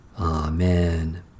Amen